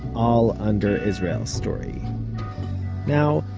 all under israel story now,